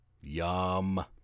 Yum